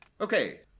Okay